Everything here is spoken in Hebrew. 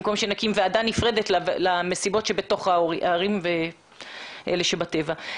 זה במקום שנקים ועדה נפרדת למסיבות שבתוך הערים ולאלה שבטבע.